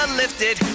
lifted